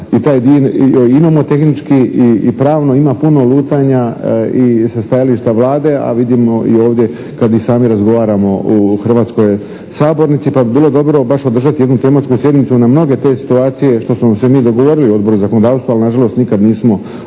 i nomotehnički i pravno ima puno lutanja i sa stajališta Vlade, a vidimo i ovdje kad i sami razgovaramo u hrvatskoj sabornici pa bi bilo dobro baš održati jednu tematsku sjednicu na mnoge te situacije što smo se mi dogovorili u Odboru za zakonodavstvo, ali na žalost nikad nismo potegli